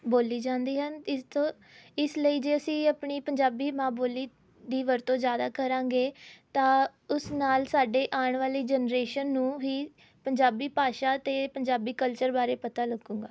ਬੋਲੀ ਜਾਂਦੀ ਹਨ ਇਸ ਤੋਂ ਇਸ ਲਈ ਜੇ ਅਸੀਂ ਆਪਣੀ ਪੰਜਾਬੀ ਮਾਂ ਬੋਲੀ ਦੀ ਵਰਤੋਂ ਜ਼ਿਆਦਾ ਕਰਾਂਗੇ ਤਾਂ ਉਸ ਨਾਲ ਸਾਡੇ ਆਉਣ ਵਾਲੀ ਜਨਰੇਸ਼ਨ ਨੂੰ ਹੀ ਪੰਜਾਬੀ ਭਾਸ਼ਾ 'ਤੇ ਪੰਜਾਬੀ ਕਲਚਰ ਬਾਰੇ ਪਤਾ ਲੱਗੂਗਾ